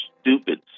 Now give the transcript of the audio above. stupid